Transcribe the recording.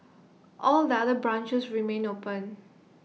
all the other branches remain open